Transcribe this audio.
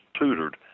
tutored